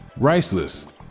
Riceless